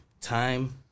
time